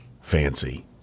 fancy